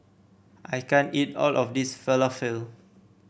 I can't eat all of this Falafel